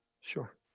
Sure